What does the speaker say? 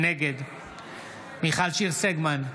נגד מיכל שיר סגמן,